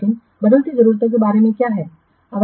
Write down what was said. लेकिन बदलती जरूरतों के बारे में क्या है